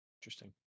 Interesting